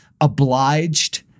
obliged